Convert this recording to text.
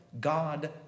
God